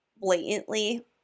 blatantly